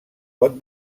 pot